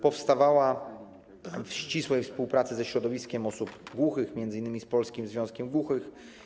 Powstawała w ścisłej współpracy ze środowiskiem osób głuchych, m.in. z Polskim Związkiem Głuchych.